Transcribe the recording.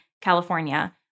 California